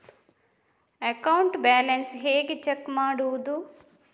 Account balance ಹೇಗೆ check ಮಾಡುವುದು?